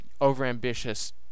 overambitious